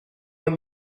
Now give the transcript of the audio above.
what